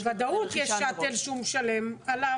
כן, בוודאות יש שאטל שהוא משלם עליו.